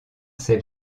ses